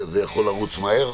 זה יכול לרוץ מהר.